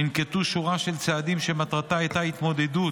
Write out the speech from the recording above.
ננקטו שורה של צעדים שמטרתם הייתה התמודדות